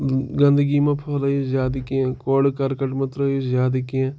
گنٛدگی مہ پھٔہلٲیِو زیادٕ کینٛہہ کوڑٕ کرکٹہٕ مہ ترٛٲیِو زیادٕ کینٛہہ